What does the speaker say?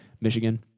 Michigan